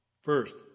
First